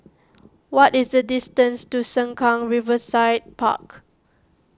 what is the distance to Sengkang Riverside Park